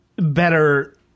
better